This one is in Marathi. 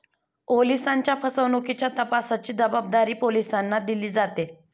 ओलिसांच्या फसवणुकीच्या तपासाची जबाबदारी पोलिसांना दिली जाते